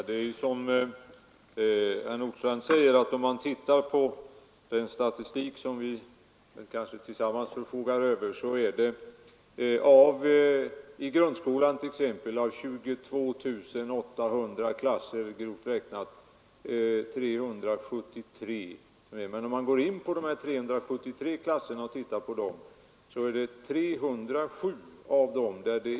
Herr talman! Som herr Nordstrandh sade, och om vi ser på den statistik som vi kanske tillsammans förfogar över, så finns det i grundskolan grovt räknat 22 800 klasser. 373 är för stora, och av dem är det 307 där det rör sig om bara en elev utöver det fastställda antalet.